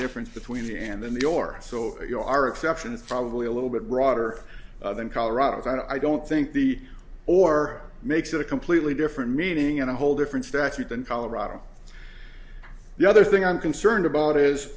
difference between the and then the door so you are exceptions probably a little bit broader than colorado and i don't think the or makes it a completely different meeting and a whole different statute than colorado the other thing i'm concerned about is